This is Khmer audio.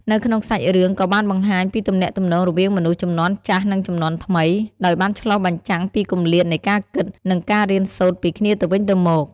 នៅក្នុងសាច់រឿងក៏បានបង្ហាញពីទំនាក់ទំនងរវាងមនុស្សជំនាន់ចាស់ និងជំនាន់ថ្មី ដោយបានឆ្លុះបញ្ចាំងពីគម្លាតនៃការគិត និងការរៀនសូត្រពីគ្នាទៅវិញទៅមក ។